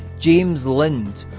james lind,